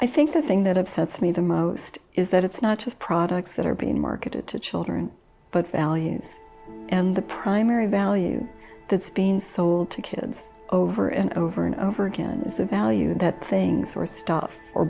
i think the thing that upsets me them most is that it's not just products that are being marketed to children but values and the primary value that's being sold to kids over and over and over again is a value that things or st